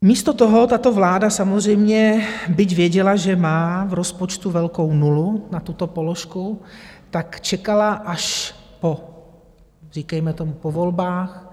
Místo toho tato vláda samozřejmě, byť věděla, že má v rozpočtu velkou nulu na tuto položku, tak čekala až po... říkejme tomu po volbách.